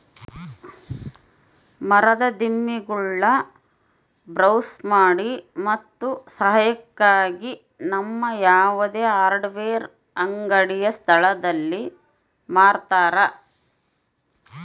ಮರದ ದಿಮ್ಮಿಗುಳ್ನ ಬ್ರೌಸ್ ಮಾಡಿ ಮತ್ತು ಸಹಾಯಕ್ಕಾಗಿ ನಮ್ಮ ಯಾವುದೇ ಹಾರ್ಡ್ವೇರ್ ಅಂಗಡಿಯ ಸ್ಥಳದಲ್ಲಿ ಮಾರತರ